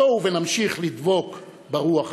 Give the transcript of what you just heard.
בואו ונמשיך לדבוק ברוח הזאת.